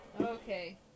Okay